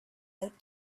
out